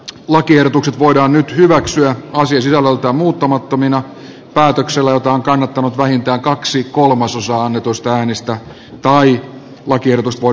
lakiehdotukset voidaan nyt hyväksyä asiasisällöltään muuttamattomina päätöksellä jota on kannattanut vähintään kaksi kolmasosaa annetuista äänistä tai hylätä